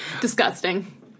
Disgusting